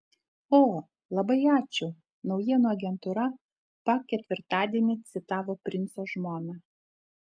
o labai ačiū naujienų agentūra pa ketvirtadienį citavo princo žmoną